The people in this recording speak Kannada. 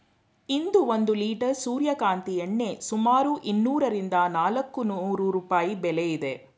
ಇಂದು ಒಂದು ಲಿಟರ್ ಸೂರ್ಯಕಾಂತಿ ಎಣ್ಣೆ ಸುಮಾರು ಇನ್ನೂರರಿಂದ ನಾಲ್ಕುನೂರು ರೂಪಾಯಿ ಬೆಲೆ ಇದೆ